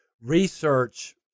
research